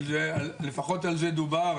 לפחות על זה דובר,